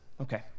Okay